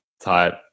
type